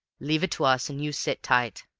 leave it to us, and you sit tight.